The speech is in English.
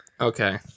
okay